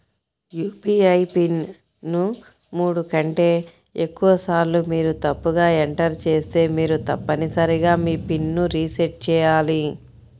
UPI pin ను మూడు కంటే ఎక్కువసార్లు మీరు తప్పుగా ఎంటర్ చేస్తే మీరు తప్పనిసరిగా మీ పిన్ ను రీసెట్ చేయాలి